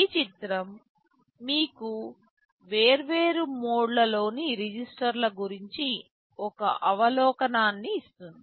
ఈ చిత్రం మీకు వేర్వేరు మోడ్లలోని రిజిస్టర్ల గురించి ఒక అవలోకనాన్ని ఇస్తుంది